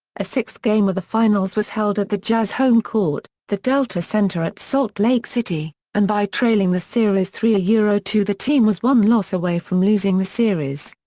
a sixth game of the finals was held at the jazz' home court, the delta center at salt lake city, and by trailing the series three ah yeah two the team was one loss away from losing the series.